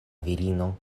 virino